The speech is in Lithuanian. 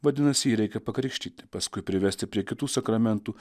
vadinasi jį reikia pakrikštyti paskui privesti prie kitų sakramentų